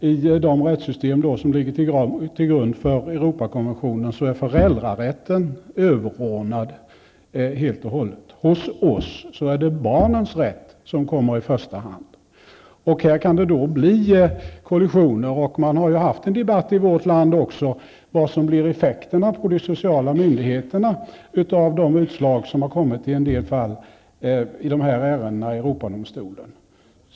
I de rättssystem som ligger till grund för Europakonventionen är föräldrarätten helt och hållet överordnad. Hos oss är det barnens rätt som kommer i första hand. Det kan då bli kollisioner. Man har ju också i vårt land haft en debatt om vad som blir effekterna på de sociala myndigheterna av de utslag som har kommit i en del fall i sådana här ärenden i Europadomstolen.